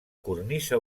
cornisa